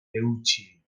eutsi